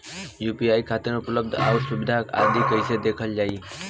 UPI खातिर उपलब्ध आउर सुविधा आदि कइसे देखल जाइ?